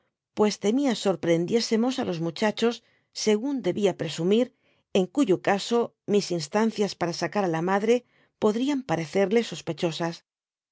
pues temia sorprehendiesenosá los muchachos según debia presumir en eoyo caso mis instancias para sacar á la madre podrían parecerle sospechosas